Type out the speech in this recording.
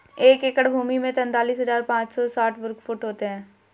एक एकड़ भूमि तैंतालीस हज़ार पांच सौ साठ वर्ग फुट होती है